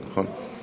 לא, נכון?